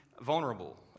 vulnerable